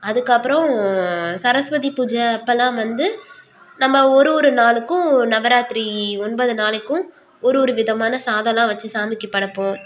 அதுக்கப்புறம் சரஸ்வதி பூஜை அப்போலாம் வந்து நம்ம ஒரு ஒரு நாளுக்கும் நவராத்திரி ஒன்பது நாளைக்கும் ஒரு ஒரு விதமான சாதம்லாம் வச்சு சாமிக்கு படைப்போம்